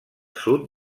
sud